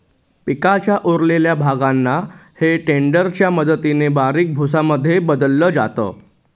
पिकाच्या उरलेल्या भागांना हे टेडर च्या मदतीने बारीक भुसा मध्ये बदलल जात